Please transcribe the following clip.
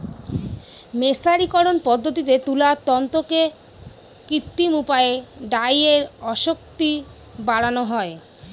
মের্সারিকরন পদ্ধতিতে তুলার তন্তুতে কৃত্রিম উপায়ে ডাইয়ের আসক্তি বাড়ানো হয়